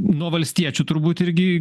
nuo valstiečių turbūt irgi